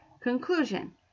Conclusion